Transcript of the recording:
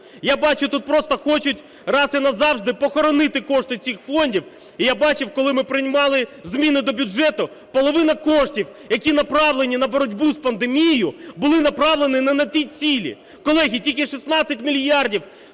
Я бачу, тут просто хочуть раз і назавжди "похоронити" кошти цих фондів. І я бачив, коли ми приймали зміни до бюджету, половина коштів, які направлені на боротьбу з пандемією, були направлені не на ті цілі. Колеги, тільки 16 мільярдів